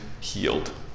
healed